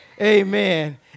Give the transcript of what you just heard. Amen